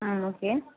ம் ஓகே